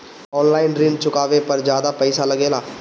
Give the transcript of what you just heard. आन line ऋण चुकावे पर ज्यादा पईसा लगेला?